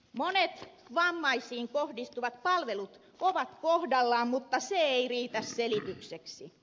monet vammaisiin kohdistuvat palvelut ovat kohdallaan mutta se ei riitä selitykseksi